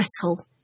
brittle